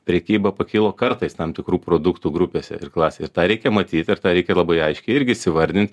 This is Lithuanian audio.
prekyba pakilo kartais tam tikrų produktų grupėse ir klasė ir tą reikia matyt ir tą reikia labai aiškiai irgi įsivardint